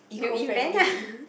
you invent lah